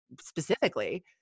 specifically